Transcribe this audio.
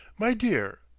my dear,